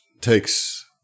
takes